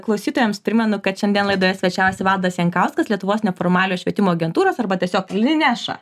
klausytojams primenu kad šiandien laidoje svečiavosi valdas jankauskas lietuvos neformaliojo švietimo agentūros arba tiesiog lineša